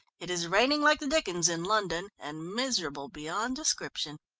it is raining like the dickens in london, and miserable beyond description.